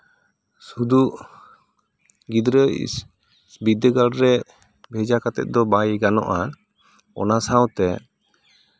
ᱥᱩᱫᱷᱩ ᱜᱤᱫᱽᱨᱟᱹ ᱵᱤᱫᱽᱫᱟᱹᱜᱟᱲ ᱨᱮ ᱵᱷᱮᱡᱟ ᱠᱟᱛᱮ ᱫᱚ ᱵᱟᱭ ᱜᱟᱱᱚᱜᱼᱟ ᱚᱱᱟ ᱥᱟᱶᱛᱮ